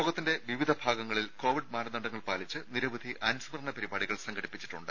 ലോകത്തിന്റെ വിവിധ ഭാഗങ്ങളിൽ കോവിഡ് മാനദണ്ഡങ്ങൾ പാലിച്ച് നിരവധി അനുസ്മരണ പരിപാടികൾ സംഘടിപ്പിച്ചിട്ടുണ്ട്